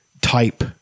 type